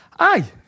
Aye